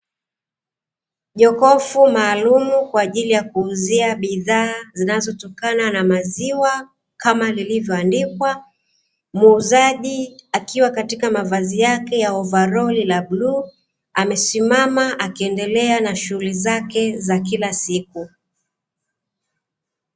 Jokofu maalumu kwa ajili ya kuuzia bidhaa zinazotokana na maziwa kama lilivyoandikwa, muuzaji akiwa katika mavazi yake ya ovaroli la bluu, amesimama akiendelea na shughuli zake za kila siku.